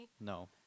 No